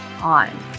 on